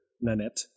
Nanette